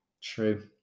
True